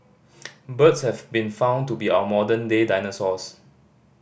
birds have been found to be our modern day dinosaurs